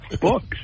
books